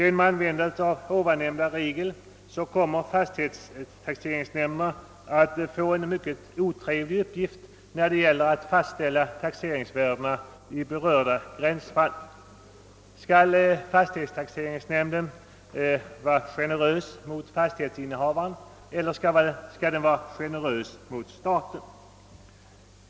Vid användandet av ovannämnda regel kommer fastighetstaxeringsnämnden att få en mycket otrevlig uppgift när det gäller att fastställa taxeringsvärdena i berörda gränsfall. Skall fastighetstaxeringsnämnden vara generös mot fastighetsinnehavaren eller mot staten?